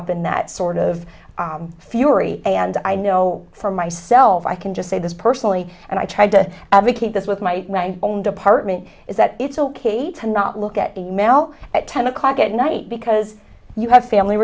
up in that sort of fury and i know for myself i can just say this personally and i tried to advocate this with my own department is that it's ok to not look at e mail at ten o'clock at night because you have family